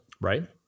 right